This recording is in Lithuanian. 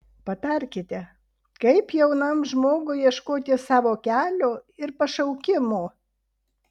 patarkite kaip jaunam žmogui ieškoti savo kelio ir pašaukimo